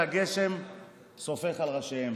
היושב-ראש,